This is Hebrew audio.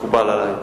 מקובל עלי.